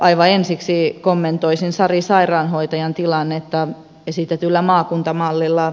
aivan ensiksi kommentoisin sari sairaanhoitajan tilannetta esitetyllä maakuntamallilla